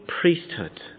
priesthood